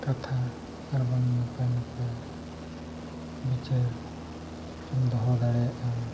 ᱠᱟᱛᱷᱟ ᱟᱨᱵᱟᱝ ᱱᱟᱯᱟᱭ ᱱᱟᱯᱟᱭ ᱵᱤᱪᱟᱹᱨ ᱨᱮᱢ ᱫᱚᱦᱚ ᱫᱟᱲᱮᱭᱟᱜᱼᱟ